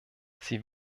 sie